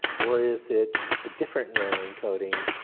or is it a different neural encoding,